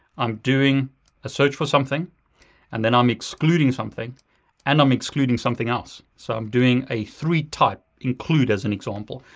i'm doing a search for something and then i'm excluding something and i'm excluding something else. so i'm doing a three-type include as an example.